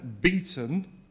beaten